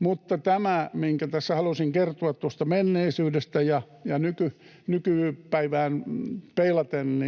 Mutta tämä, minkä tässä halusin kertoa tuosta menneisyydestä ja nykypäivään peilaten,